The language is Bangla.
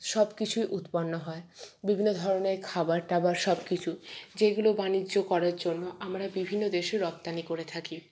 সব কিছুই উৎপন্ন হয় বিভিন্ন ধরনের খাবার টাবার সব কিছু যেগুলো বাণিজ্য করার জন্য আমরা বিভিন্ন দেশে রপ্তানি করে থাকি